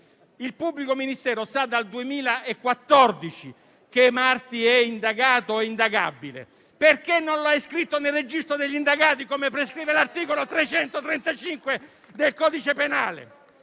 il pubblico ministero sa dal 2014 che Marti è indagato o indagabile. Perché non l'ha iscritto nel registro degli indagati, come prescrive l'articolo 335 del codice di